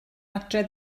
adref